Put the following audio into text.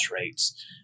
rates